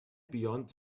beyond